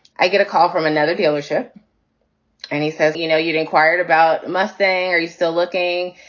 i get a call from another dealership and he says, you know, you inquired about my thing. are you still looking?